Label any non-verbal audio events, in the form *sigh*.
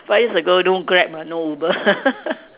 five years ago don't Grab ah no Uber *laughs*